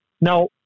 Now